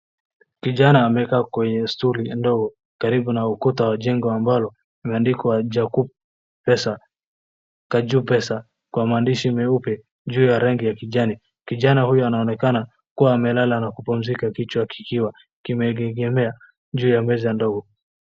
Kijana amekaa kwenye stuli ndogo karibu na ukuta wa jengo ambalo limeandikwa taju pesa kwa maandishi meupe juu ya rangi ya kijani, kijana huyu anaonekana kulala na kupumzika kichwa kikiwa kimeegemea juu ya meza ndogo.